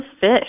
fish